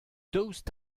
daoust